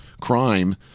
crime